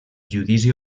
judici